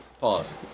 Pause